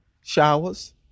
Showers